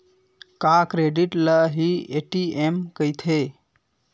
का क्रेडिट ल हि ए.टी.एम कहिथे?